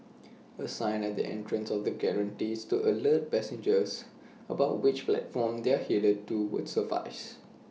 A sign at the entrance of the gantries to alert passengers about which platform they are headed to would suffice